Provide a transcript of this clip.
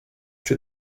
czy